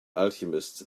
alchemist